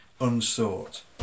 unsought